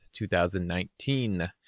2019